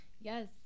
Yes